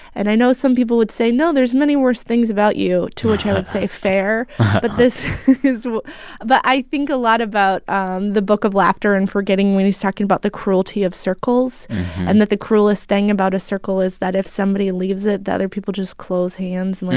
and i know some people would say, no, there's many worse things about you, to which i would say, fair but this is but i think a lot about um the book of laughter and forgetting when he's talking about the cruelty of circles and that the cruelest thing about a circle is that if somebody leaves it, the other people just close hands and, like,